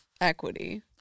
equity